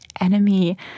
enemy